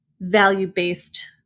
value-based